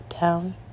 down